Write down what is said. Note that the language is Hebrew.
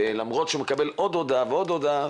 ולמרות שהוא מקבל עוד הודעה ועוד הודעה,